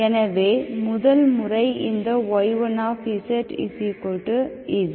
எனவே முதல் முறை இந்த y1z z ⇒ 2z